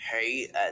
hey